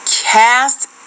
Cast